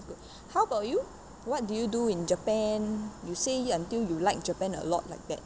how about you what do you do in japan you say you until you like japan a lot like that